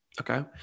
Okay